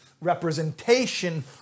representation